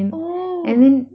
oh